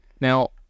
Now